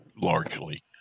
largely